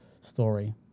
story